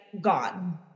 gone